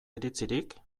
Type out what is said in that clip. iritzirik